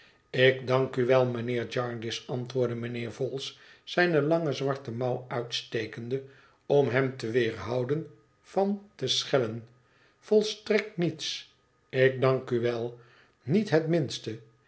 ik dank u wel mijnheer jarndyce antwoordde mijnheer vholes zijne lange zwarte mouw uitstekende om hem te weerhouden van te schellen volstrekt niets ik dank u wel niet het minste